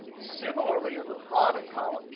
similarly in the product column,